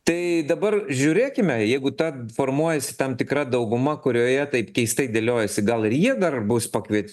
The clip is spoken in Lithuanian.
tai dabar žiūrėkime jeigu ta formuojasi tam tikra dauguma kurioje taip keistai dėliojasi gal ir jie dar bus pakviet